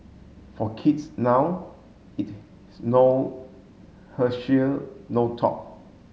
for kids now it no Herschel no talk